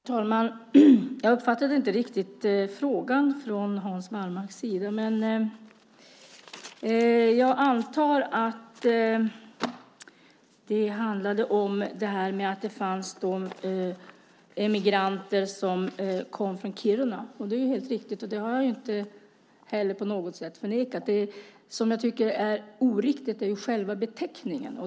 Herr talman! Jag uppfattade inte riktigt frågan från Hans Wallmarks sida. Men jag antar att det handlade om att det fanns emigranter som kom från Kiruna. Det är helt riktigt. Det har jag inte heller på något sätt förnekat. Det som jag tycker är oriktigt är själva beteckningen.